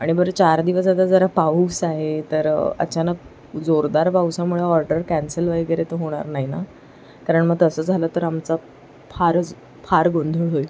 आणि बरं चार दिवस आता जरा पाऊस आहे तर अचानक जोरदार पावसामुळे ऑर्डर कॅन्सल वगैरे तर होणार नाही ना कारण मग तसं झालं तर आमचा फारच फार गोंधळ होईल